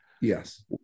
Yes